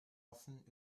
offen